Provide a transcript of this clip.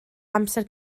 amser